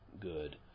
good